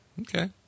Okay